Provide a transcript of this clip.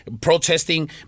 protesting